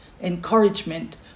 encouragement